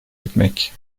etmek